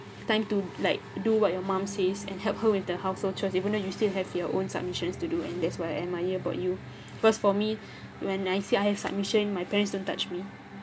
to like do what your mum says and help her with the household chores even though you still have your own submissions to do and that's what I admire about you because for me when I say I have submission my parents don't touch me